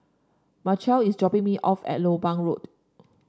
Mychal is dropping me off at Lompang Road